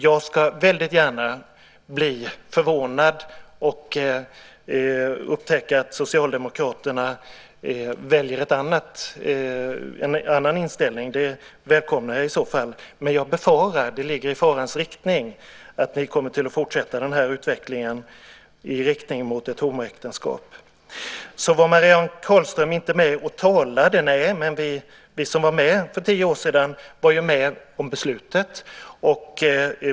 Jag ska väldigt gärna bli förvånad och upptäcka att Socialdemokraterna väljer en annan inställning. Det välkomnar jag i så fall. Men jag befarar, det ligger i farans riktning, att vi kommer att fortsätta med den här utvecklingen i riktning mot ett homoäktenskap. Marianne Carlström var inte med och talade då, men vi som var med för tio år sedan var med om det beslutet.